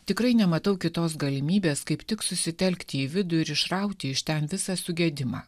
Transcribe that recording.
tikrai nematau kitos galimybės kaip tik susitelkti į vidų ir išrauti iš ten visą sugedimą